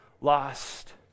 lost